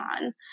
on